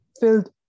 filled